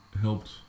helped